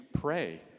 pray